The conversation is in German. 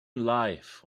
life